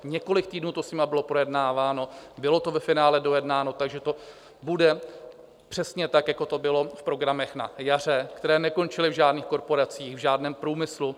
Několik týdnů to s nimi bylo projednáváno, bylo to ve finále dojednáno, takže to bude přesně tak, jako to bylo v programech na jaře, které nekončily v žádných korporacích, v žádném průmyslu.